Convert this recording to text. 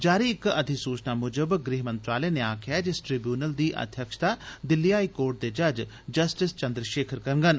जारी इक अधिसूचना मूजब गृह मंत्रालय नै आक्खेआ ऐ जे इस ट्रिब्यूनल दी अघ्यक्षता दिल्ली हाई कोर्ट दे जज जस्टिस चन्द्रशेखर करगंन